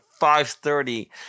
5.30